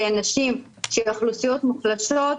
שאנשים מאוכלוסיות מוחלשות,